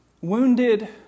wounded